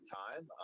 time